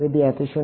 વિદ્યાર્થી 0